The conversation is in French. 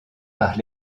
par